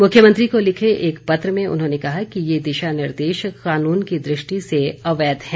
मुख्यमंत्री को लिखे एक पत्र में उन्होंने कहा कि ये दिशा निर्देश कानून की दृष्टि से अवैध हैं